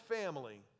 family